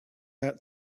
out